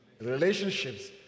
Relationships